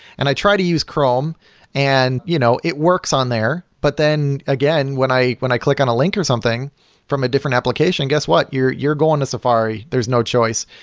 and i try to use chrome and you know it works on there, but then, again, when i when i click on a link or something from a different application. guess what? you're you're going to safari. there's no choice.